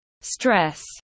stress